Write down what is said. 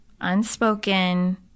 unspoken